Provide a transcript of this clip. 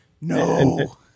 No